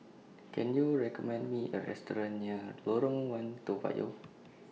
Can YOU recommend Me A Restaurant near Lorong one Toa Payoh